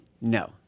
No